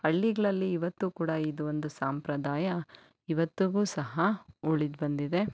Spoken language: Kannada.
ಹಳ್ಳಿಗ್ಳಲ್ಲಿ ಇವತ್ತು ಕೂಡ ಇದು ಒಂದು ಸಂಪ್ರದಾಯ ಇವತ್ತಿಗೂ ಸಹ ಉಳಿದು ಬಂದಿದೆ